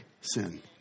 sin